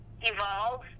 evolve